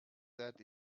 that